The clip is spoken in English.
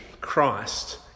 Christ